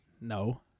No